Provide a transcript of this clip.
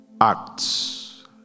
Acts